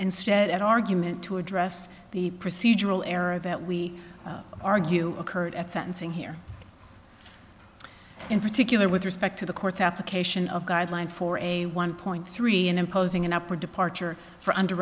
instead argument to address the procedural error that we argue occurred at sentencing here in particular with respect to the court's application of guideline for a one point three and imposing an up or departure for under